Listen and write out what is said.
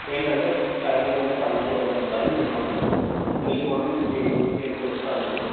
ఏంటంటే టైమింగ్ అనేది పంక్చువాలిటీ ఉండాలి నేను ఎర్లీ మార్నింగ్ ఎయిట్ ఎయిట్కి వస్తాను నేను